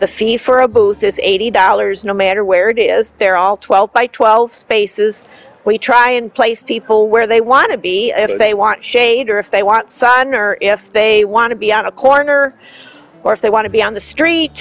the fee for a booth is eighty dollars no matter where it is there all twelve by twelve spaces we try and place people where they want to be they want shade or if they want sign or if they want to be on a corner or if they want to be on the street